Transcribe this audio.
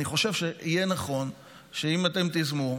אני חושב שיהיה נכון אם אתם תיזמו,